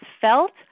felt